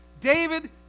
David